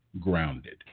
grounded